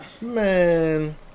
man